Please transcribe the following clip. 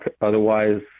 otherwise